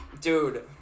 Dude